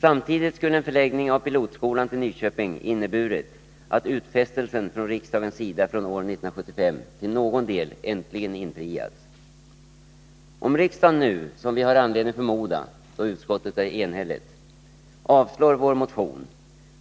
Samtidigt skulle en förläggning av pilotskolan till Nyköping ha inneburit att utfästelsen från riksdagens sida från år 1975 till någon del äntligen infriades. Om riksdagen nu, som vi har anledning förmoda då utskottet är enigt, avslår vår motion,